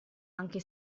anche